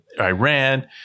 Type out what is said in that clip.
Iran